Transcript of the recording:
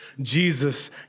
Jesus